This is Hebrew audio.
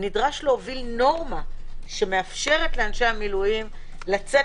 נדרש להוביל נורמה שמאפשרת לאנשי המילואים לצאת